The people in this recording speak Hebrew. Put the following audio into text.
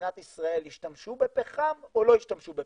מדינת ישראל ישתמשו בפחם או לא ישתמשו בפחם.